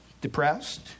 depressed